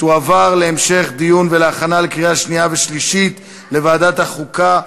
ותועבר להמשך דיון ולהכנה לקריאה שנייה ושלישית לוועדת החוקה,